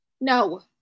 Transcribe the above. no